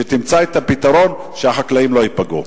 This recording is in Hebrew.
שתמצא את הפתרון שהחקלאים לא ייפגעו.